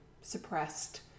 suppressed